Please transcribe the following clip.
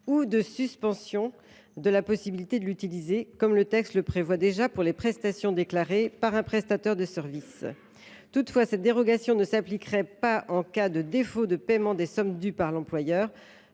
ou de suspension de la possibilité de l’utiliser, comme le texte le prévoit déjà pour les prestations déclarées par un prestataire de services. Toutefois, cette dérogation ne s’appliquerait pas en cas de défaut de paiement des sommes dues par l’employeur,